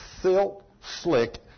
silt-slick